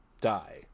die